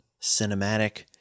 Cinematic